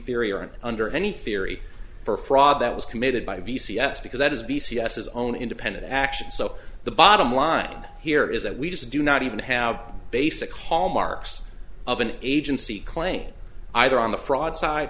theory or under any theory for fraud that was committed by a v c s because that is b c s his own independent actions so the bottom line here is that we just do not even have basic hallmarks of an agency claim either on the fraud side